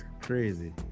crazy